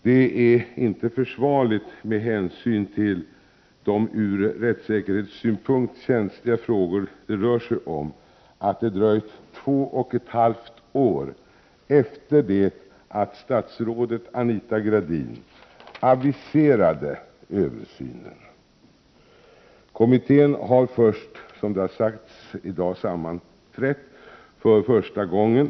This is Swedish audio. Det är inte försvarligt med hänsyn till de ur rättssäkerhetssynpunkt känsliga frågor det rör sig om att det dröjt två och ett halvt år efter det att statsrådet Anita Gradin aviserade översynen. Kommittén har först i dag, som det har sagts, sammanträtt för första gången.